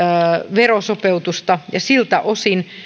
verosopeutusta ja siltä osin